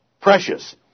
Precious